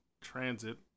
transit